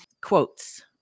quotes